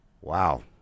Wow